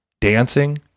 dancing